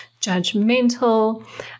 judgmental